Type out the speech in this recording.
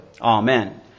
Amen